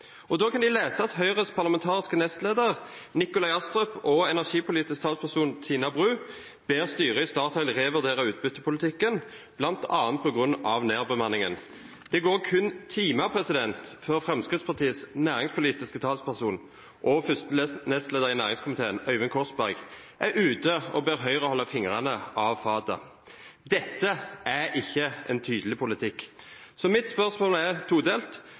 Og da kan de lese at Høyres parlamentariske nestleder, Nikolai Astrup, og energipolitisk talsperson, Tina Bru, ber styret i Statoil revurdere utbyttepolitikken, bl.a. på grunn av nedbemanningen. Det går kun timer før Fremskrittspartiets næringspolitiske talsperson og første nestleder i næringskomiteen, Øyvind Korsberg, er ute og ber Høyre holde fingrene av fatet. Dette er ikke en tydelig politikk. Så mitt spørsmål er todelt: